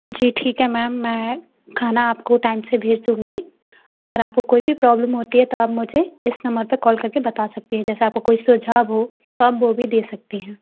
जी ठीक है मैम मैं खाना आपको टाइम से भेज दूँगी अगर आपको कोई भी प्रॉब्लम होती है तो आप मुझे इस नंबर पर कॉल कर के बता सकती हैं जैसे आपका कोई सुझाव हो तो आप वो भी दे सकती हैं